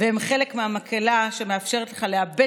אינו נוכח נפתלי